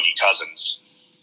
Cousins